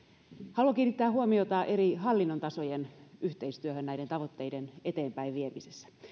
haluan kiinnittää huomiota eri hallinnon tasojen yhteistyöhön näiden tavoitteiden eteenpäinviemisessä